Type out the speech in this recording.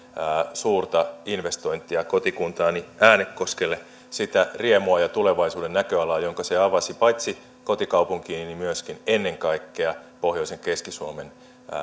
suurta investointia kotikuntaani äänekoskelle sen riemun ja tulevaisuuden näköalan jonka se avasi paitsi kotikaupunkiini myöskin ennen kaikkea pohjoisen keski suomen